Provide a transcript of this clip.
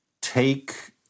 take